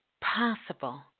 possible